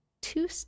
two